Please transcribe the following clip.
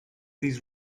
these